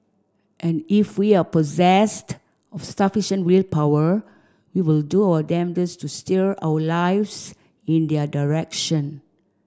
and if we are possessed sufficient willpower we will do our damnedest to steer our lives in their direction